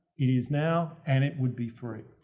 it is now, and it would be free.